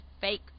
fake